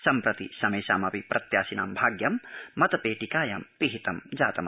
सम्प्रति समेषामपि प्रत्याशिनां भाग्यं मतपेटिकायां पिहितं जातम्